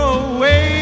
away